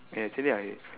eh actually I